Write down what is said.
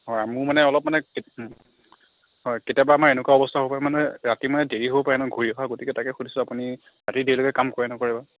হয় মোৰ মানে অলপ মানে হয় কেতিয়াবা আমাৰ এনেকুৱা অৱস্থাও হয় মানে ৰাতি মানে দেৰিও হ'ব পাৰে ন ঘূৰি অহা গতিকে তাকে সুধিছোঁ আপুনি ৰাতি দেৰিলৈকে কাম কৰে নে নকৰে বা